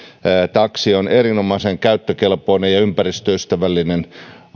taksi on erinomaisen käyttökelpoinen ja ympäristöystävällinen